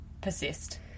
persist